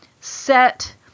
set